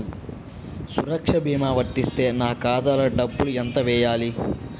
సురక్ష భీమా వర్తిస్తే నా ఖాతాలో డబ్బులు ఎంత వేయాలి?